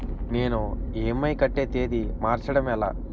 నేను ఇ.ఎం.ఐ కట్టే తేదీ మార్చడం ఎలా?